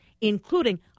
including